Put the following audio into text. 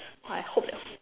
I hope they